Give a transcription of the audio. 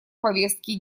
повестки